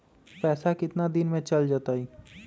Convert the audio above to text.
पैसा कितना दिन में चल जतई?